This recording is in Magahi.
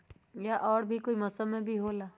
या और भी कोई मौसम मे भी होला?